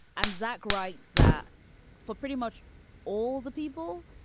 and zach writes that for pretty much all the people,